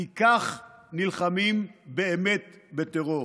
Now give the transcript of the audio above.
כי כך נלחמים באמת בטרור.